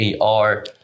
AR